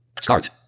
Start